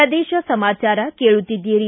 ಪ್ರದೇಶ ಸಮಾಚಾರ ಕೇಳುತ್ತೀದ್ದಿರಿ